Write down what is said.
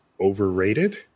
overrated